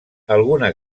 alguna